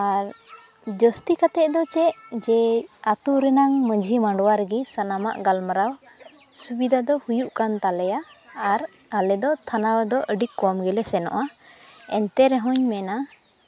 ᱟᱨ ᱡᱟᱹᱥᱛᱤ ᱠᱟᱛᱮ ᱫᱚ ᱪᱮᱫ ᱡᱮ ᱟᱛᱳ ᱨᱮᱱᱟᱝ ᱢᱟᱹᱡᱷᱤ ᱢᱟᱰᱣᱟ ᱨᱮᱜᱮ ᱥᱟᱱᱟᱢᱟᱜ ᱜᱟᱞᱢᱟᱨᱟᱣ ᱥᱩᱵᱤᱫᱷᱟ ᱫᱚ ᱦᱩᱭᱩᱜ ᱠᱟᱱ ᱛᱟᱞᱮᱭᱟ ᱟᱨ ᱟᱞᱮ ᱫᱚ ᱛᱷᱟᱱᱟ ᱫᱚ ᱟᱹᱰᱤ ᱠᱚᱢ ᱜᱮᱞᱮ ᱥᱮᱱᱚᱜᱼᱟ ᱮᱱᱛᱮ ᱨᱮᱦᱚᱸᱧ ᱢᱮᱱᱟ